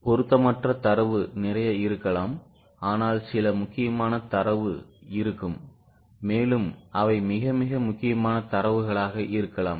பொருத்தமற்ற தரவு நிறைய இருக்கலாம் ஆனால் சில முக்கியமான தரவு இருக்கும் மேலும் அவை மிக மிக முக்கியமான தரவுகளாக இருக்கலாம்